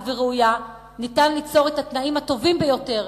וראויה ניתן ליצור את התנאים הטובים ביותר